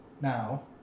Now